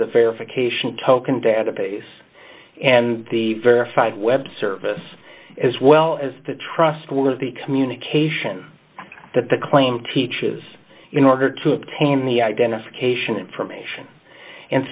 verification token database and the verified web service as well as the trustworthy communication that the claim teaches in order to obtain the identification information and